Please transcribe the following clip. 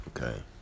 okay